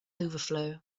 overflow